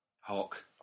Hawk